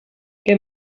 què